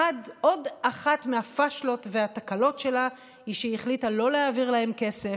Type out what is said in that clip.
עוד אחת מהפשלות והתקלות שלה היא שהיא החליטה לא להעביר לה כסף,